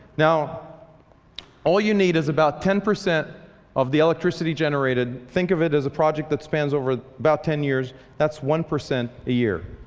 now all you need is about ten percent of the electricity generated. think of it as a project that spans over about ten years. that's one percent a year.